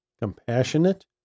compassionate